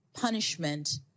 punishment